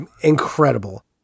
incredible